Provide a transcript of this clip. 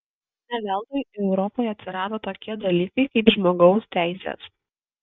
ne veltui europoje atsirado tokie dalykai kaip žmogaus teisės